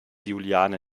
juliane